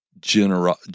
generous